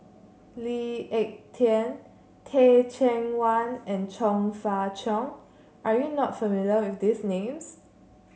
Lee Ek Tieng Teh Cheang Wan and Chong Fah Cheong are you not familiar with these names